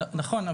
נכון,